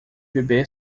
bebê